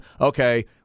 okay